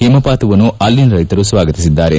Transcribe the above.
ಹಿಮಪಾತವನ್ನು ಅಲ್ಲಿನ ರೈತರು ಸ್ವಾಗತಿಸಿದ್ದಾರೆ